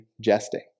jesting